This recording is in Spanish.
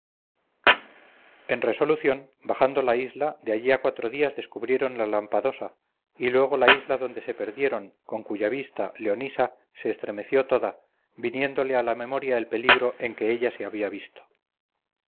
en resolución bajando la isla de allí a cuatro días descubrieron la lampadosa y luego la isla donde se perdieron con cuya vista se estremeció toda viniéndole a la memoria el peligro en que en ella se había visto